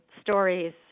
stories